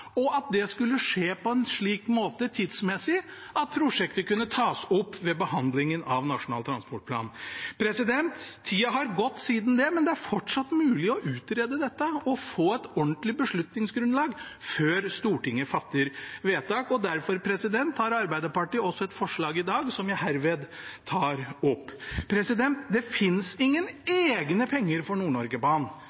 og at det skulle skje på en slik måte tidsmessig at prosjektet kunne tas opp ved behandlingen av Nasjonal transportplan. Tida har gått siden det, men det er fortsatt mulig å utrede dette og få et ordentlig beslutningsgrunnlag før Stortinget fatter vedtak. Derfor har Arbeiderpartiet også et forslag i dag, som jeg herved tar opp. Det finnes ingen egne penger for Nord-Norge-banen. Det finnes ingen